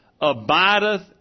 abideth